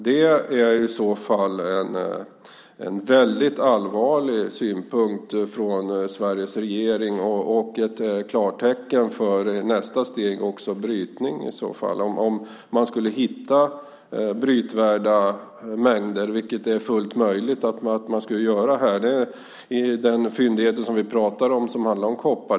Det är i så fall en väldigt allvarlig synpunkt från Sveriges regering och ett klartecken för nästa steg med brytning om man skulle hitta brytvärda mängder. Det är fullt möjligt att man kommer att göra det här. Den fyndighet vi talar om handlar om koppar.